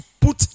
put